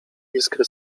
iskry